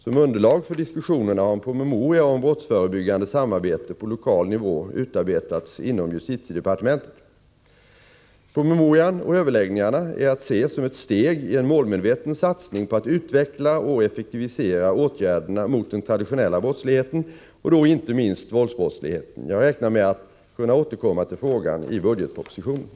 Som underlag för diskussionerna har en promemoria om brottsförebyggande samarbete på lokal nivå utarbetats inom justitiedepartementet. Promemorian och överläggningarna är att se som ett steg i en målmedveten satsning på att utveckla och effektivisera åtgärderna mot den traditionella brottsligheten och då inte minst våldsbrottsligheten. Jag räknar med att kunna återkomma till frågan i budgetpropositionen.